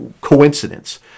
coincidence